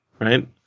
right